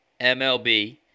MLB